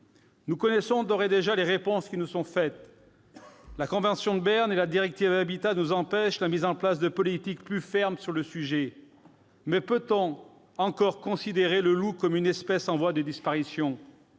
Nous connaissons d'ores et déjà les réponses qui nous seront faites. La convention de Berne et la directive Habitats nous empêchent de mettre en place des politiques plus fermes sur le sujet. Mais peut-on encore considérer le loup comme une espèce en voie de disparition ?